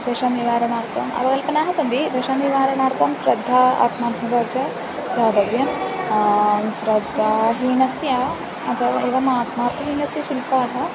तेषां निवारणार्थम् अवकल्पनाः सन्ति तेषां निवारणार्थं श्रद्धा आत्मार्थता च दातव्यं श्रद्धाहीनस्य अत एवम् आत्मार्थहीनस्य शिल्पाः